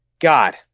God